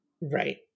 Right